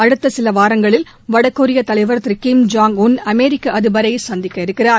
அடுத்த சில வாரஙகளில் வடகொரிய தலைவர் திரு கிம் ஜாய் உன் அமெரிக்க அதிபரை சந்திக்கயிருக்கிறார்